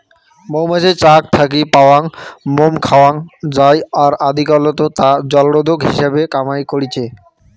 মৌমাছির চাক থাকি পাওয়াং মোম খাওয়াং যাই আর আদিকালত তা জলরোধক হিসাবে কামাই করিচে